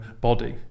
body